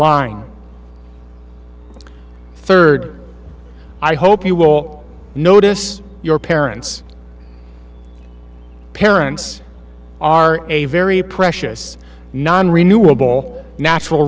line third i hope you will notice your parents parents are a very precious nonrenewable natural